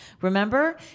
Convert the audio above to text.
remember